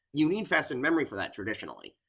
you need fast in-memory for that, traditionally,